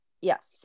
Yes